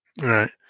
Right